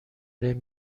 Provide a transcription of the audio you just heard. بین